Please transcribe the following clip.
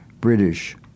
British